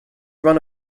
run